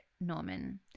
norman